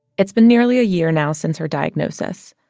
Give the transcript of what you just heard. it's been nearly a year now since her diagnosis.